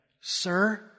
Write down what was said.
Sir